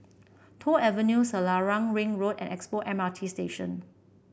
Toh Avenue Selarang Ring Road and Expo M R T Station